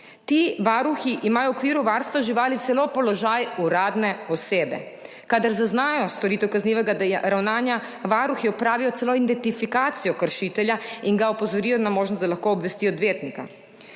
Ti varuhi imajo v okviru varstva živali celo položaj uradne osebe. Kadar zaznajo storitev kaznivega ravnanja, varuhi opravijo celo identifikacijo kršitelja in ga opozorijo na možnost, da lahko obvesti odvetnika.